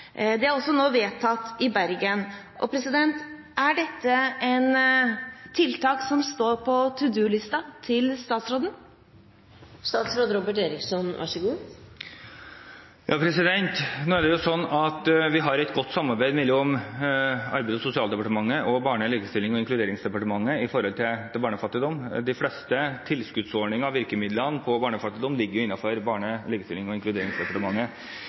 Det er også vedtatt å innføre det i Bergen. Er dette et tiltak som står på «to do»-listen til statsråden? Nå er det slik at vi har et godt samarbeid mellom Arbeids- og sosialdepartementet og Barne-, likestillings- og inkluderingsdepartementet om barnefattigdom. De fleste tilskuddsordningene, virkemidlene, når det gjelder barnefattigdom, ligger innenfor Barne-, likestillings- og inkluderingsdepartementet.